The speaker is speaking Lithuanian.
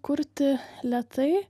kurti lėtai